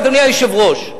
אדוני היושב-ראש,